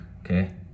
okay